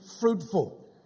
fruitful